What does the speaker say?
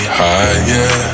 higher